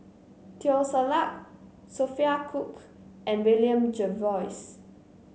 Teo Ser Luck Sophia Cooke and William Jervois